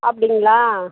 அப்படிங்களா